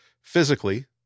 physically